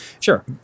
Sure